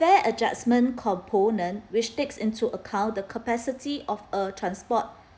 fare adjustment component which takes into account the capacity of a transport